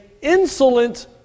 Insolent